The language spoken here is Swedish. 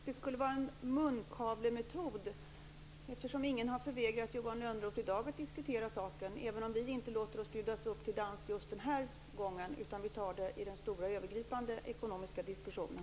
Herr talman! Jag förstår inte på vilket sätt det skulle vara en munkavlemetod. Ingen har förvägrat Johan Lönnroth att diskutera saken i dag, även om vi inte låter oss bjudas upp till dans just denna gång. Vi tar det i den stora övergripande ekonomiska diskussionen.